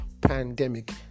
pandemic